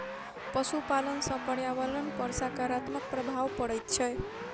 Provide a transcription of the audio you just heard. पशुपालन सॅ पर्यावरण पर साकारात्मक प्रभाव पड़ैत छै